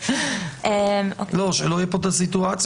ונתייחס לסוגיות העולות.